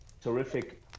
terrific